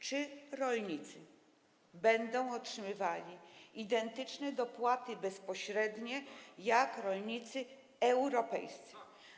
Czy rolnicy będą otrzymywali identyczne dopłaty bezpośrednie jak rolnicy europejscy?